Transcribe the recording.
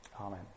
Amen